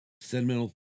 sentimental